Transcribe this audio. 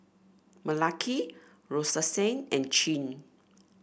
Malaki Roxanne and Chin